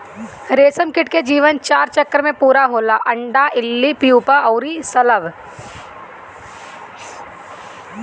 रेशमकीट के जीवन चार चक्र में पूरा होला अंडा, इल्ली, प्यूपा अउरी शलभ